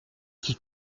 qui